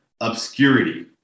obscurity